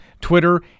Twitter